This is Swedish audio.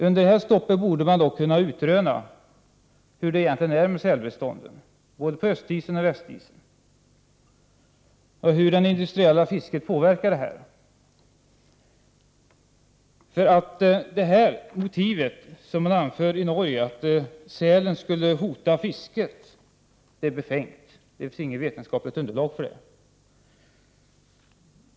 Under den tiden borde man kunna utröna hur det egentligen förhåller sig med sälbestånden på både östoch västisen och hur det industriella fisket påverkas. Det motiv som anförs i Norge, att sälen skulle hota fisket, är befängt, och det finns inget vetenskapligt underlag för det.